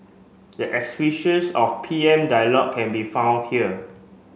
the of P M dialogue can be found here